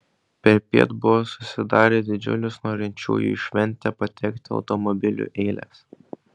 perpiet buvo susidarę didžiulės norinčiųjų į šventę patekti automobiliu eilės